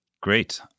Great